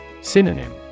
Synonym